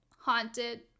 Haunted